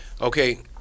Okay